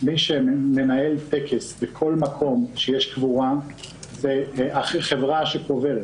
מי שמנהל טקס בכל מקום שיש קבורה זה חברה שקוברת.